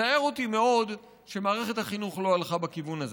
מצער אותי מאוד שמערכת החינוך לא הלכה בכיוון הזה.